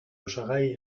osagai